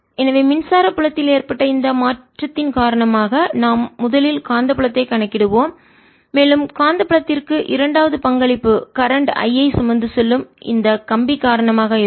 எனவே மின்சார புலத்தில் ஏற்பட்ட இந்த மாற்றத்தின் காரணமாக நாம் முதலில் காந்தப்புலத்தை கணக்கிடுவோம் மேலும் காந்தப்புலத்திற்கு இரண்டாவது பங்களிப்பு கரண்ட் I ஐ சுமந்து செல்லும் இந்த கம்பி காரணமாக இருக்கும்